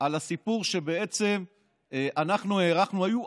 על הסיפור שבעצם אנחנו הארכנו,